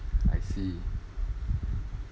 I see